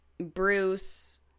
Bruce